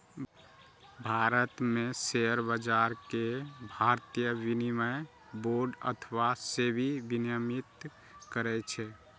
भारत मे शेयर बाजार कें भारतीय विनिमय बोर्ड अथवा सेबी विनियमित करै छै